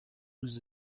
lose